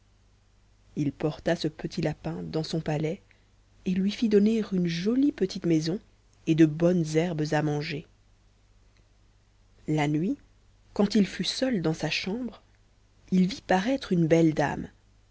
il porta ce petit lapin dans son palais et il lui fit donner une jolie petite maison et de bonnes herbes à manger la nuit quand il fut seul dans sa chambre il vit paraître une belle dame